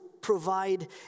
provide